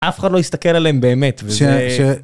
אף אחד לא יסתכל עליהם באמת, וזה...